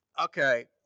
Okay